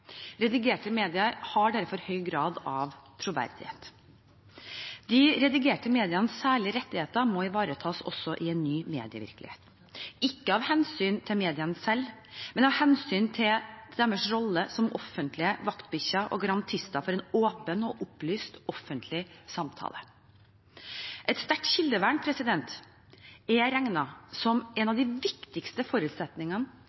Redigerte medier har derfor høy grad av troverdighet. De redigerte medienes særlige rettigheter må ivaretas også i en ny medievirkelighet, ikke av hensyn til mediene selv, men av hensyn til deres rolle som offentlige vaktbikkjer og garantister for en åpen og opplyst offentlig samtale. Et sterkt kildevern er regnet som en